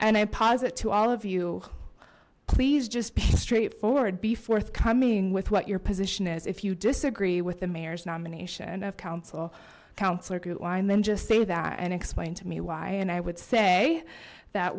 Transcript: and i posit to all of you please just be straightforward be forthcoming with what your position is if you disagree with the mayor's nomination of council councillor gutwein then just say that and explain to me why and i would say that